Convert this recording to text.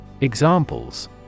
Examples